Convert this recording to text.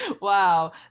Wow